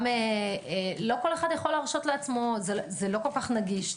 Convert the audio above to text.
גם לא כל אחד יכול להרשות לעצמו זה לא כל כך נגיש.